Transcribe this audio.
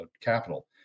capital